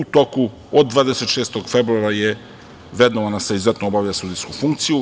U toku od 26. februara je vrednovana sa „izuzetno obavlja sudijsku funkciju“